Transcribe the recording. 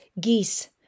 geese